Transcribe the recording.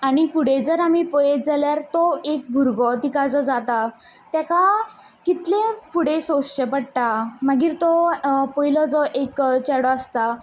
आनी फुडें जर आमी पयत जाल्यार तो एक भुरगो तिका जो जाता तेका कितले फुडें सोंसचें पडटा मागीर तो पयलो जो एक चेडो आसता